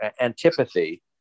antipathy